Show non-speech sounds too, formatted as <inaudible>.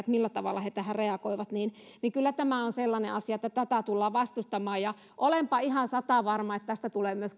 <unintelligible> millä tavalla he tähän reagoivat kyllä tämä on sellainen asia että tätä tullaan vastustamaan ja olenpa ihan satavarma että tästä tulee myös <unintelligible>